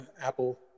Apple